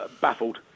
baffled